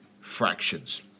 fractions